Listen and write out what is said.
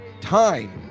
Time